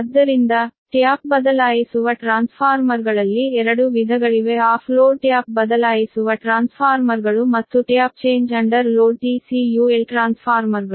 ಆದ್ದರಿಂದ ಟ್ಯಾಪ್ ಬದಲಾಯಿಸುವ ಟ್ರಾನ್ಸ್ಫಾರ್ಮರ್ಗಳಲ್ಲಿ ಎರಡು ವಿಧಗಳಿವೆ ಆಫ್ ಲೋಡ್ ಟ್ಯಾಪ್ ಬದಲಾಯಿಸುವ ಟ್ರಾನ್ಸ್ಫಾರ್ಮರ್ಗಳು ಮತ್ತು ಟ್ಯಾಪ್ ಚೇಂಜ್ ಅಂಡರ್ ಲೋಡ್ ಟ್ರಾನ್ಸ್ಫಾರ್ಮರ್ಗಳು